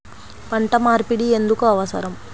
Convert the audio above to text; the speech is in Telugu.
పంట మార్పిడి ఎందుకు అవసరం?